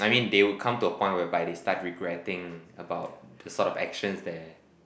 I mean they will come to a point whereby they start regretting about the sort of actions that